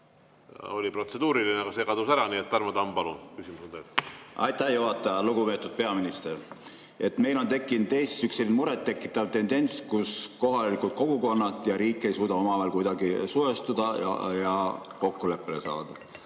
oli protseduuriline, aga see kadus ära. Nii et Tarmo Tamm, palun! Mikrofon on teil. Aitäh, juhataja! Lugupeetud peaminister! Meil on tekkinud Eestis üks selline muret tekitav tendents, et kohalikud kogukonnad ja riik ei suuda omavahel kuidagi suhestuda ja kokkuleppele saada.